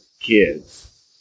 kids